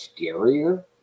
scarier